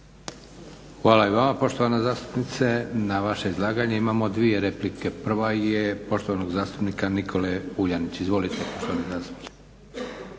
Hvala i vama poštovana zastupnice. Na vaše izlaganje imamo 2 replike. Prva je poštovanog zastupnika Nikole Vuljanića. Izvolite poštovani zastupniče.